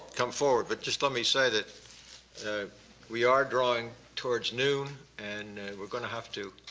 come forward, but just let me say that so we are drawing towards noon and we're going to have to